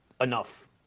enough